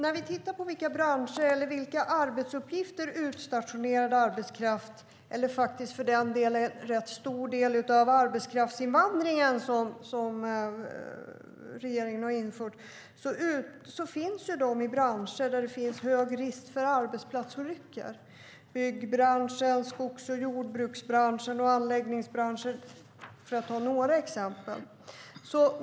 Fru talman! Vi kan titta på vilka arbetsuppgifter som utstationerad arbetskraft har - det gäller för den delen också en rätt stor del av arbetskraftsinvandringen, som regeringen har infört. De finns i branscher där det finns en hög risk för arbetsplatsolyckor. Det är byggbranschen, skogs och jordbruksbranschen och anläggningsbranschen, för att ta några exempel.